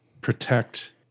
protect